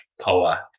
poa